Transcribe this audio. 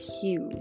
huge